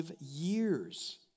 years